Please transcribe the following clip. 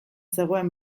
zegoen